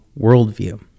worldview